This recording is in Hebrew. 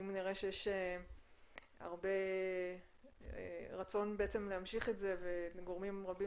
אם נראה שיש רצון להמשיך את זה וגורמים רבים